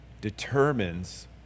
determines